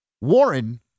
Warren